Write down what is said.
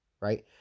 right